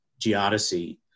geodesy